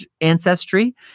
ancestry